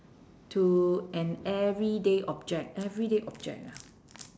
to an everyday object everyday object ah